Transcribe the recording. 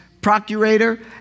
procurator